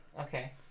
Okay